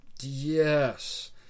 Yes